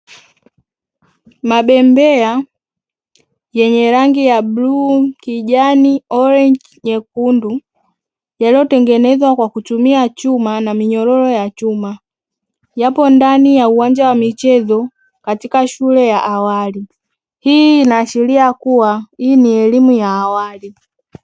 Mabembea yenye rangi ya bluu, kijani, orenji, nyekundu yaliyo tengenezwa kwakutumia chuma na minyororo ya chuma. Yapo ndani ya uwanja wa michezo katika shule ya awali. Hii inaashiria kuwa hii ni elimu ya awali.